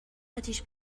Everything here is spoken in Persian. اتیش